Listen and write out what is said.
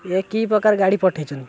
ଇଏ କି ପ୍ରକାର ଗାଡ଼ି ପଠେଇଚନ୍ତି